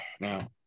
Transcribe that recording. Now